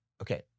Okay